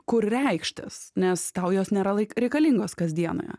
kur reikštis nes tau jos nėra laik reikalingos kasdienoje